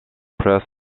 press